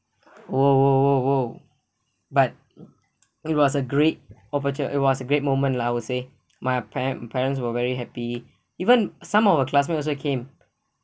!whoa! !whoa! !whoa! !whoa! but it was a great opportu~ it was a great moment lah I would say my par~ parents were very happy even some of our classmates also came